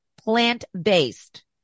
plant-based